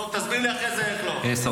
טוב, תסביר לי אחרי זה איך לא.